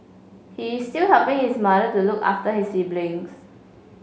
he is still helping his mother to look after his siblings